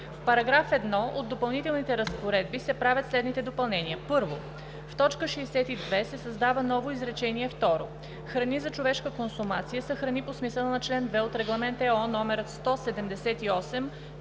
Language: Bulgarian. В § 1 от допълнителните разпоредби се правят следните допълнения: 1. В т. 62 се създава ново изречение второ: „Храни за човешка консумация са храни по смисъла на чл. 2 от Регламент (ЕО) №